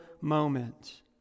moment